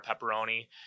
pepperoni